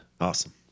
Awesome